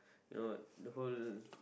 you know the whole